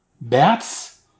Bats